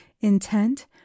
intent